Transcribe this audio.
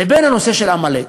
לבין הנושא של עמלק?